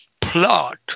plot